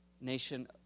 nation